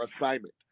assignment